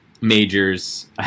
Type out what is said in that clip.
majors